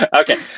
Okay